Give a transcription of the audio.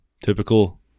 Typical